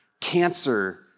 cancer